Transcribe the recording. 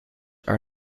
are